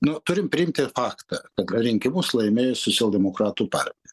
nu turim priimti faktą kad rinkimus laimėjo socialdemokratų partija